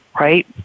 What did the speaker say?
right